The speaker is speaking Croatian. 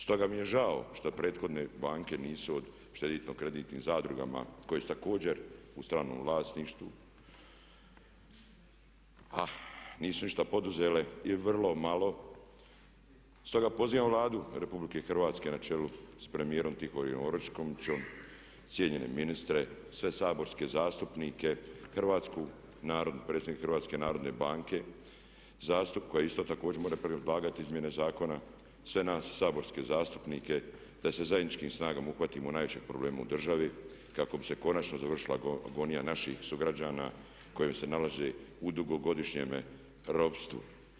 Stoga mi je žao što prethodne banke nisu od šteditno-kreditnih zadruga koje su također u stranom vlasništvu a nisu ništa poduzele ili vrlo malo, stoga pozivam Vladu RH na čelu s premijerom Tihomirom Oreškovićem, cijenjene ministre, sve saborske zastupnike, predsjednika Hrvatske narodne banke koja isto također može predlagati izmjene zakona, sve nas saborske zastupnike da se zajedničkim snagama uhvatimo najvećeg problema u državi kako bi se konačno završila agonija naših sugrađana koji se nalaze u dugogodišnjem ropstvu.